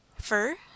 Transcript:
Fur